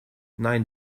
nein